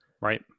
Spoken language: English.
Right